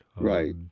Right